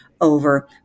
over